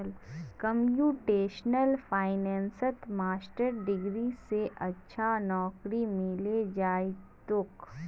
computational फाइनेंसत master degree स अच्छा नौकरी मिले जइ तोक